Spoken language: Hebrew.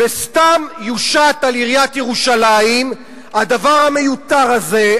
וסתם יושת על עיריית ירושלים הדבר המיותר הזה,